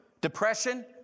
depression